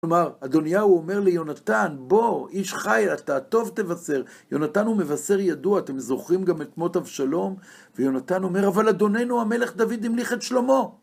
כלומר, אדונייהו אומר לי, יונתן, בוא, איש חי אתה, טוב תבשר. יונתן הוא מבשר ידוע, אתם זוכרים גם את מות אב שלום? ויונתן אומר, אבל אדוננו, המלך דוד המליך את שלמה.